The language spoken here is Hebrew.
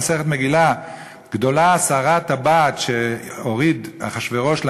במסכת מגילה: גדולה הסרת טבעת שהוריד אחשוורוש להמן,